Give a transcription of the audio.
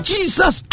Jesus